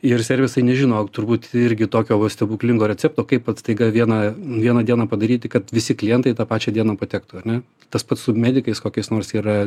ir servisai nežino turbūt irgi tokio va stebuklingo recepto kaip vat staiga vieną vieną dieną padaryti kad visi klientai tą pačią dieną patektų ar ne tas pats su medikais kokiais nors yra